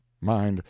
mind,